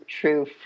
true